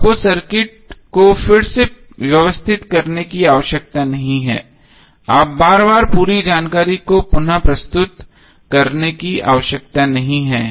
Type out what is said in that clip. आपको सर्किट को फिर से व्यवस्थित करने की आवश्यकता नहीं है या आपको बार बार पूरी जानकारी को पुन प्रस्तुत करने की आवश्यकता नहीं है